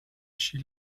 she